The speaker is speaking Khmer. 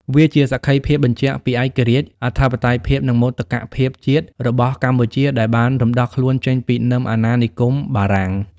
វាជាសក្ខីភាពបញ្ជាក់ពីឯករាជ្យ អធិបតេយ្យភាព និងមោទកភាពជាតិរបស់កម្ពុជា ដែលបានរំដោះខ្លួនចេញពីនឹមអាណានិគមបារាំង។